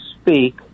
speak